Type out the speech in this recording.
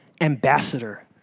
ambassador